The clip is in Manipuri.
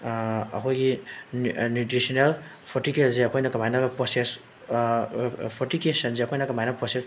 ꯑꯩꯈꯣꯏꯒꯤ ꯅ꯭ꯌꯨꯇ꯭ꯔꯤꯁꯅꯦꯜ ꯐꯔꯇꯤꯀꯦꯜꯁꯦ ꯑꯩꯈꯣꯏꯅ ꯀꯃꯥꯏꯅ ꯄ꯭ꯔꯣꯁꯦꯁ ꯐꯣꯔꯇꯤꯀꯦꯁꯟꯁꯦ ꯑꯩꯈꯣꯏꯅ ꯀꯃꯥꯏꯅ ꯄ꯭ꯔꯣꯁꯦꯁ